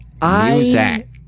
Music